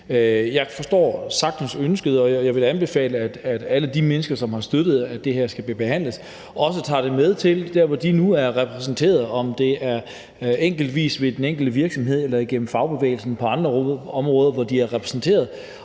Jeg forstår sagtens ønsket, og jeg vil da anbefale, at alle de mennesker, som har støttet, at det her skal blive behandlet, også tager det med til dér, hvor de nu er repræsenteret – hvad enten det er enkeltvis på den enkelte virksomhed eller igennem fagbevægelsen på andre områder – og bringer det her